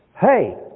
hey